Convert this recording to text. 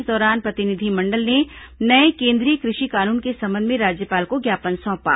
इस दौरान प्रतिनिधिमंडल ने नये केंद्रीय कृषि कानून के संबंध में राज्यपाल को ज्ञापन सौंपा